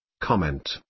Comment